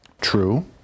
True